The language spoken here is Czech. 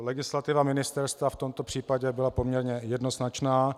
Legislativa ministerstva v tomto případě byla poměrně jednoznačná.